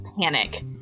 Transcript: panic